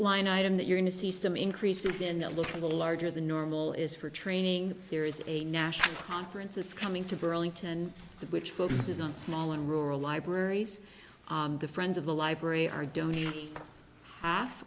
line item that you're in to see some increases in the look of the larger than normal is for training there is a national conference it's coming to burlington which focuses on smaller rural libraries the friends of the library are donating half